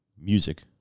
music